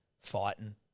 fighting